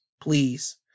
please